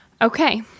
Okay